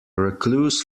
recluse